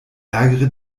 ärgere